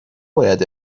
باید